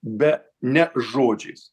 be ne žodžiais